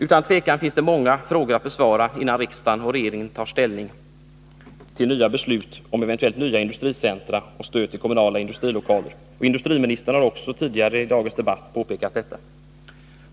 Utan tvivel finns det många frågor att besvara innan riksdagen och regeringen tar ställning till nya beslut om eventuellt nya industricentra och stöd till kommunala industrilokaler. Industriministern har också tidigare i dagens debatt påpekat detta.